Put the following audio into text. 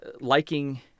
liking